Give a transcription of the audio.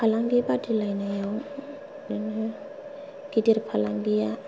फालांगि बादिलायनायाव बेनो गिदिर फालांगिया